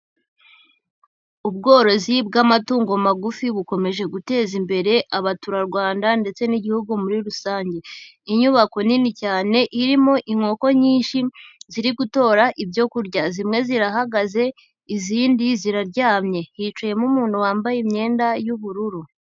Ubworozi bw'amatungo magufi bukomeje guteza imbere Abaturarwanda ndetse n'Igihugu muri rusange. Inyubako nini cyane irimo inkoko nyinshi, ziri gutora ibyo kurya. Zimwe zirahagaze, izindi ziraryamye. Hicayemo umuntu wambaye imyenda y'ubururu.